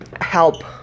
help